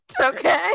okay